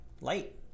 light